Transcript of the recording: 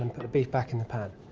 and but beef back in the pan.